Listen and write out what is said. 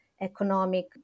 economic